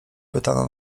pytano